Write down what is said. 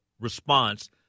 response